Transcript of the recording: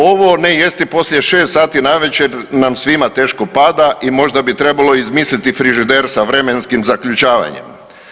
Ovo ne jesti poslije 6 sati navečer nam svima teško pada i možda bi trebalo izmisliti frižider sa vremenskim zaključavanjem.